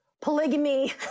polygamy